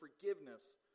forgiveness